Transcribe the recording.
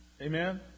Amen